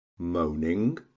Moaning